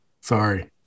Sorry